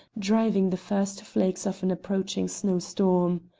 driving the first flakes of an approaching snowstorm.